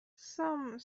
some